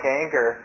anger